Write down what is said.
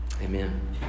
Amen